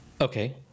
okay